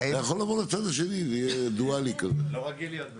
זה מבחינת התפיסה,